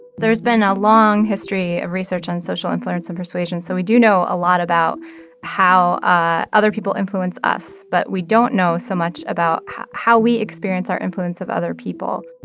there has been a long history of research on social influence and persuasion, so we do know a lot about how ah other people influence us, but we don't know so much about how we experience our influence of other people